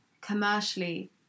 commercially